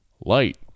light